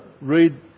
read